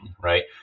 right